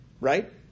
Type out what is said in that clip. right